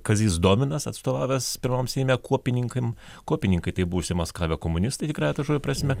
kazys dominas atstovavęs pirmam seime kuopininkam kuopininkai tai buvo užsimaskavę komunistai tikrąja to žodžio prasme